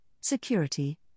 security